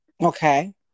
Okay